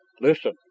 Listen